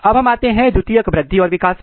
अब हम आते हैं द्वितीयक वृद्धि और विकास पर